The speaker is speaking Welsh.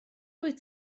wyt